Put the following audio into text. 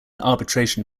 arbitration